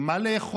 עם מה לאכול,